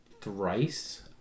thrice